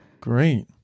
great